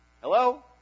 Hello